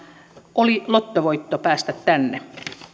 oli lottovoitto päästä tänne